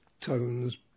tones